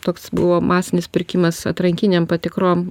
toks buvo masinis pirkimas atrankinėm patikroms